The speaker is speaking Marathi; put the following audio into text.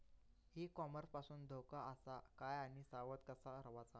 ई कॉमर्स पासून धोको आसा काय आणि सावध कसा रवाचा?